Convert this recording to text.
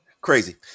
crazy